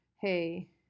hey